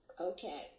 Okay